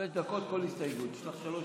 דקות לרשותך.